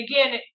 again